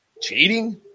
cheating